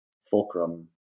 Fulcrum